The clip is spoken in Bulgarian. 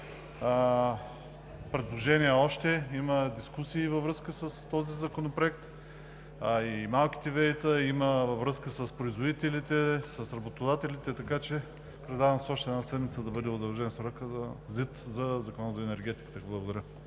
предложения, има дискусии във връзка с този законопроект, а и малките ВЕИ-та, във връзка с производителите, с работодателите, така че предлагам с още една седмица да бъде удължен срокът за ЗИД за Закона за енергетиката. Благодаря.